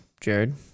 jared